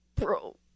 bro